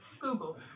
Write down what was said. Google